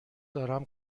دارم